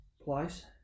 place